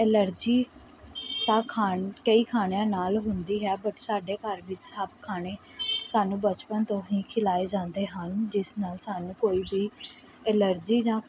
allergy ਤਾਂ ਖਾਣ ਕਈ ਖਾਣਿਆਂ ਨਾਲ ਹੁੰਦੀ ਹੈ ਬਟ ਸਾਡੇ ਘਰ ਵਿੱਚ ਸਭ ਖਾਣੇ ਸਾਨੂੰ ਬਚਪਨ ਤੋਂ ਹੀ ਖਿਲਾਏ ਜਾਂਦੇ ਹਨ ਜਿਸ ਨਾਲ ਸਾਨੂੰ ਕੋਈ ਵੀ ਐਲਰਜੀ ਜਾਂ